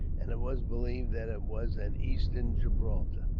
and it was believed that it was an eastern gibraltar.